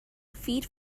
feed